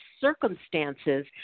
circumstances